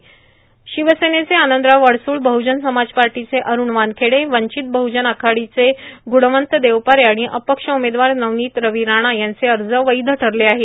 र्णशवसेनेचे आनंदराव अडसूळ बहुजन समाज पार्टाचे अरूण वानखडे वींचत बहुजन आघाडीचे ग्रुणवंत देवपारे आर्गाण अपक्ष उमेदवार नवनीत र्राव राणा यांचे अज वैध ठरले आहेत